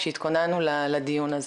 כשהתכוננו לדיון הזה.